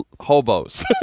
hobos